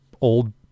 old